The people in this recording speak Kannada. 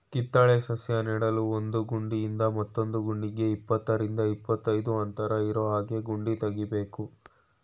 ಕಿತ್ತಳೆ ಸಸ್ಯ ನೆಡಲು ಒಂದು ಗುಂಡಿಯಿಂದ ಮತ್ತೊಂದು ಗುಂಡಿಗೆ ಇಪ್ಪತ್ತರಿಂದ ಇಪ್ಪತ್ತೈದು ಅಂತರ ಇರೋಹಾಗೆ ಗುಂಡಿ ತೆಗಿಬೇಕು